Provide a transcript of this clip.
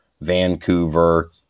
Vancouver